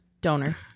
Donor